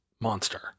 monster